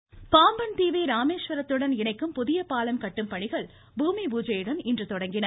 Pamban voice Pamban தீவை ராமேஸ்வரத்துடன் இணைக்கும் புதிய பாலம் கட்டும் பணிகள் பூமி பூஜையுடன் இன்று தொடங்கின